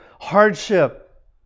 hardship